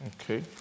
Okay